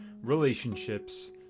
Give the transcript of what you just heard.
relationships